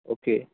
okay